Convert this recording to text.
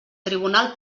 tribunal